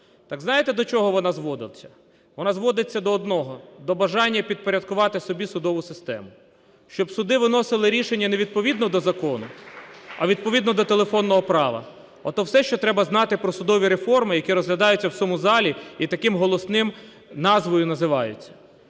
Так знаєте, до чого вона зводиться? Вона зводиться до одного: до бажання підпорядкувати собі судову систему, щоб суди виносили рішення не відповідно до закону, а відповідно до "телефонного права" – ото все, що потрібно знати про судові реформи, які розглядаються в цьому залі і такою голосною назвою називаються.